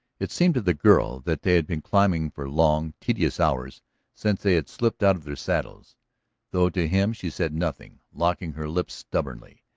it seemed to the girl that they had been climbing for long, tedious hours since they had slipped out of their saddles though to him she said nothing, locking her lips stubbornly,